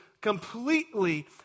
completely